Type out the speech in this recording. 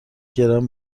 گرم